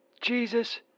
Jesus